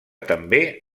també